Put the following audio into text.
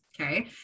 Okay